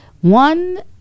One